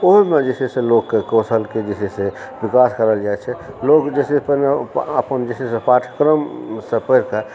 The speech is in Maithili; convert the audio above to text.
ओहूमे जे छै से लोक कौशलके जे छै से कौशलके विकास करल जाइ छै लोक जे छै से पहिने जे छै अपन जे छै से पाठ्यक्रमसँ पढ़िके